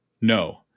no